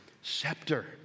scepter